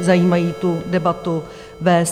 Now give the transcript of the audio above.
zajímají, debatu vést.